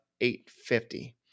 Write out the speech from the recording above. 850